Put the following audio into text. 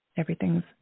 Everything's